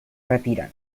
retiran